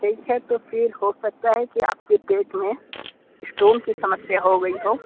ठीक है तो फिर हो सकता है कि आपके पेट में स्टोन की समस्या हो गई हो